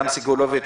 גם סגלוביץ'